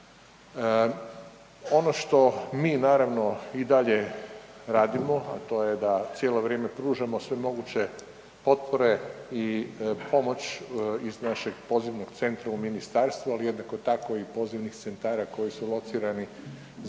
Ono što mi naravno i dalje radimo, a to je da cijelo vrijeme pružamo sve moguće potpore i pomoć iz našeg pozivnog centra u Ministarstvu, ali jednako tako i pozivnih centara koji su locirani zbog